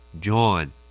John